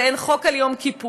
ואין חוק על יום כיפור,